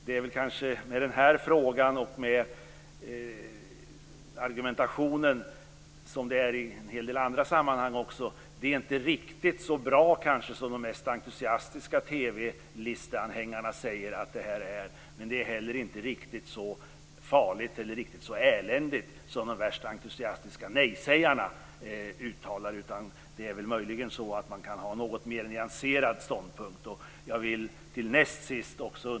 Det är med den här frågan och argumentationen som det är i en hel del andra sammanhang; det är inte riktigt så bra som de mest entusiastiska anhängarna av TV-lista säger, men det är heller inte riktigt så eländigt som de mest entusiastiska nejsägarna uttalar. Möjligen går det att ha en mer nyanserad ståndpunkt.